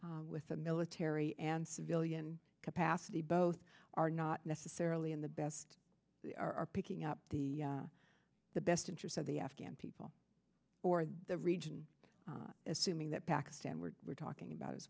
efforts with the military and civilian capacity both are not necessarily in the best are picking up the the best interest of the afghan people or the region assuming that pakistan where we're talking about as